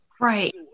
Right